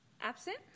absent